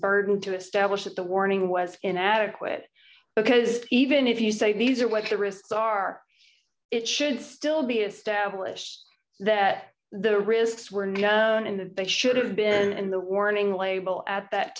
burden to establish that the warning was inadequate because even if you say these are what the risks are it should still be established that the risks were not in the but should have been in the warning label at that